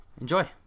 enjoy